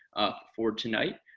for tonight.